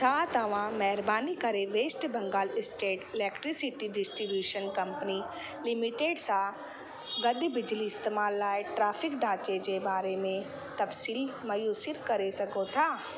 छा तव्हां महिरबानी करे west Bengal state electricity distribution company limited सां गॾु बिजली इस्तेमाल लाइ टैरिफ ढांचे जे बारे में तफ़सीलु मुयसरु करे सघो था